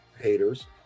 Haters